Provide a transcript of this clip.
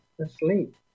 asleep